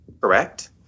Correct